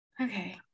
Okay